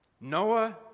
Noah